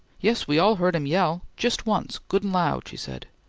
yes, we all heard him yell, jist once, good and loud! she said.